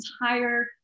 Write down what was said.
entire